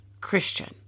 Christian